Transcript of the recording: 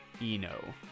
Eno